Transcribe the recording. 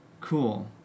Cool